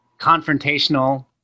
confrontational